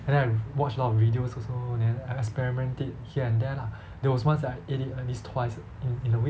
then I watch a lot of videos also then I experiment it here and there lah there was once that I ate it like at least twice in in a week